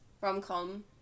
rom-com